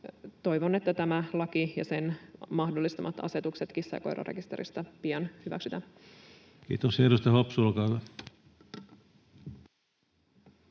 Toivon, että tämä laki ja sen mahdollistamat asetukset kissa- ja koirarekisteristä pian hyväksytään. Kiitos. — Ja edustaja Hopsu, olkaa hyvä.